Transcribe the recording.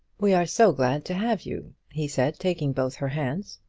we are so glad to have you, he said, taking both her hands.